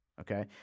Okay